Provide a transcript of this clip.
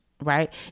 right